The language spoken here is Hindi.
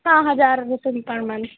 हाँ हजार रुपए में पर मंथ